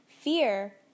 Fear